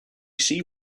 see